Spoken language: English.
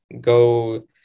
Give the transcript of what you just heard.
go